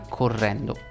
correndo